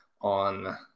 on